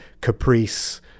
caprice